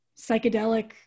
psychedelic